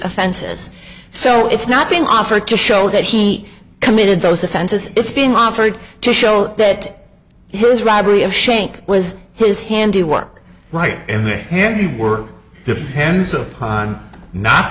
offenses so it's not being offered to show that he committed those offenses it's being offered to show that his robbery of shank was his handiwork right in their handiwork depends upon not